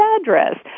address